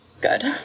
good